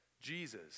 Jesus